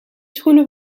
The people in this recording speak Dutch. schoenen